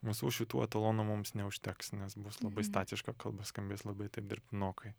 visų šitų etalonų mums neužteks nes bus labai statiška kalba skambės labai taip dirbtinokai